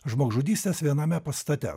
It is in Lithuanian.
žmogžudystės viename pastate